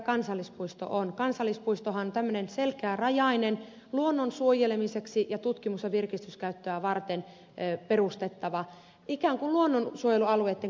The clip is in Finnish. kansallispuistohan on tämmöinen selkeärajainen luonnon suojelemiseksi ja tutkimus ja virkistyskäyttöä varten perustettava ikään kuin luonnonsuojelualueitten kruununjalokivi